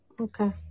Okay